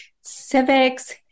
civics